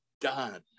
done